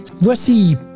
Voici